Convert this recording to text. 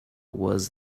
was